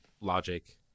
Logic